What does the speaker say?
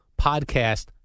podcast